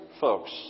folks